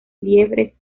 liebres